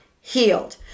healed